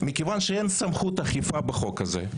מכיוון שאין סמכות אכיפה בחוק הזה,